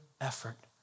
effort